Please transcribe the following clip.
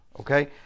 okay